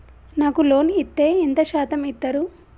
నాకు లోన్ ఇత్తే ఎంత శాతం ఇత్తరు?